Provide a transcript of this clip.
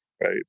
right